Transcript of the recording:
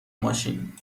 ماشین